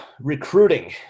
recruiting